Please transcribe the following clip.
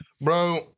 bro